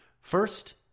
First